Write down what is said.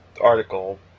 article